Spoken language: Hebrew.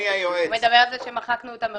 הוא מדבר על זה שמחקנו אותה מראש.